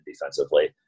defensively